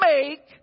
make